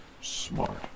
Smart